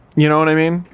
you know what i mean?